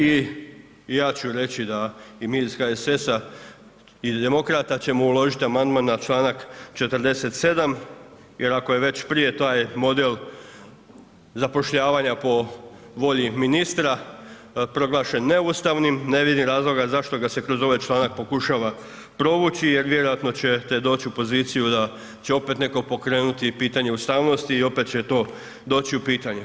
I ja ću reći da i mi iz HSS-a i demokrata ćemo uložiti amandman na članak 47. jer ako je već prije taj model zapošljavanja po volji ministra proglašen neustavnim ne vidim razloga zašto ga se kroz ovaj članak pokušava provući jer vjerojatno ćete doći u poziciju da će opet netko pokrenuti i pitanje ustavnosti i opet će to doći u pitanje.